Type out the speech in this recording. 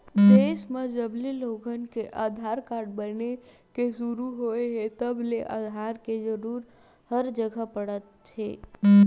देस म जबले लोगन के आधार कारड बने के सुरू होए हे तब ले आधार के जरूरत हर जघा पड़त हे